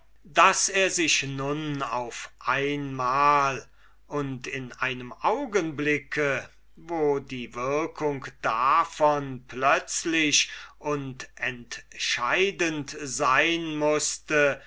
daß er sich nun auf einmal und in einem augenblick wo die wirkung davon plötzlich und entscheidend sein mußte